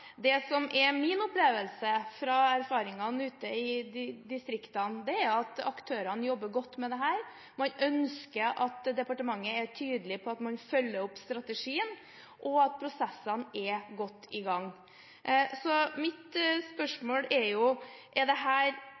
Det som er min opplevelse fra erfaringene ute i distriktene, er at aktørene jobber godt med dette. Man ønsker at departementet er tydelig på at man følger opp strategien, og at prosessene er godt i gang. Mitt spørsmål er: Er den såkalte endringen i politikk som statsråden beskriver, knyttet til det